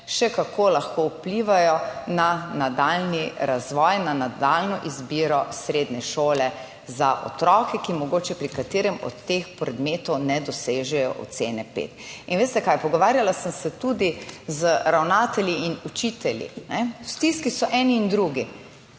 še kako lahko vplivajo na nadaljnji razvoj, na nadaljnjo izbiro srednje šole za otroke, ki mogoče pri katerem od teh predmetov ne dosežejo ocene pet. In veste kaj? Pogovarjala sem se tudi z ravnatelji in učitelji. V stiski so eni in drugi.